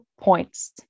points